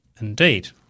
indeed